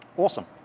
awesome,